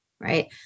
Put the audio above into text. Right